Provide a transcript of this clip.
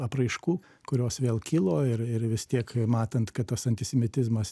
apraiškų kurios vėl kilo ir ir vis tiek matant kad tas antisemitizmas